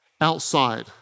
outside